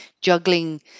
juggling